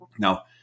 Now